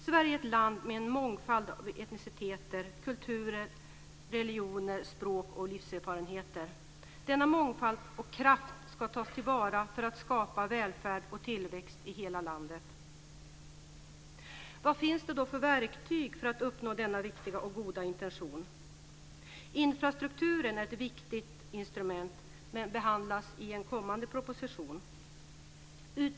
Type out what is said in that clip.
Sverige är ett land med en mångfald av etniciteter, kulturer, religioner, språk och livserfarenheter. Denna mångfald och kraft ska tas till vara för att skapa välfärd och tillväxt i hela landet. Vad finns det då för verktyg för att uppnå denna viktiga och goda intention? Infrastrukturen är ett viktigt instrument, men den behandlas i en kommande proposition.